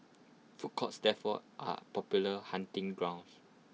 food courts therefore are popular hunting grounds